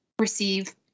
receive